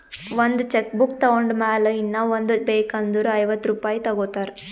ಒಂದ್ cheque book ತೊಂಡ್ ಮ್ಯಾಲ ಇನ್ನಾ ಒಂದ್ ಬೇಕ್ ಅಂದುರ್ ಐವತ್ತ ರುಪಾಯಿ ತಗೋತಾರ್